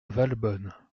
valbonne